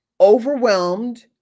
overwhelmed